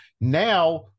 Now